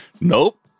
Nope